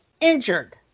injured